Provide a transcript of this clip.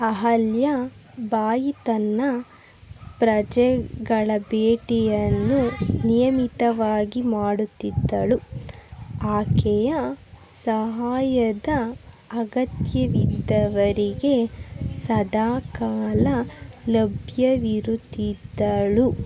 ಅಹಲ್ಯಾ ಬಾಯಿ ತನ್ನ ಪ್ರಜೆಗಳ ಭೇಟಿಯನ್ನು ನಿಯಮಿತವಾಗಿ ಮಾಡುತ್ತಿದ್ದಳು ಆಕೆಯ ಸಹಾಯದ ಅಗತ್ಯವಿದ್ದವರಿಗೆ ಸದಾಕಾಲ ಲಭ್ಯವಿರುತ್ತಿದ್ದಳು